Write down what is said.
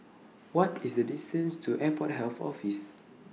What IS The distance to Airport Health Office